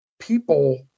people